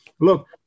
Look